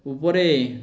উপরে